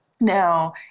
Now